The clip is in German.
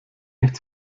nicht